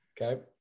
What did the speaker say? Okay